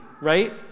right